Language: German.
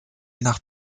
nach